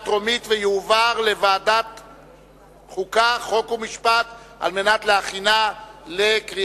מוקדם בוועדת החוקה, חוק ומשפט נתקבלה.